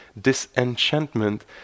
disenchantment